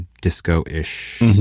disco-ish